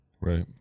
Right